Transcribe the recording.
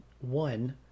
one